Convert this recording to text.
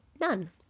none